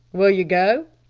will you go?